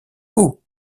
vous